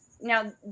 now